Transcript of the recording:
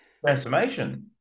transformation